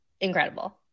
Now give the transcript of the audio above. incredible